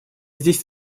здесь